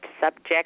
subject